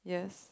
yes